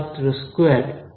ছাত্র স্কোয়ারড